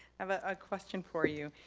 have ah a question for you.